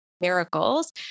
miracles